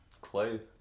Clay